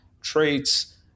traits